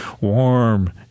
warm